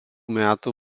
metų